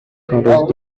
carlos